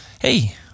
hey